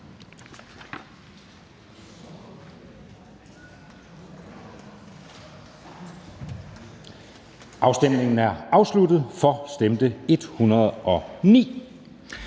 Afstemningen er afsluttet. For stemte 42